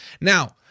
Now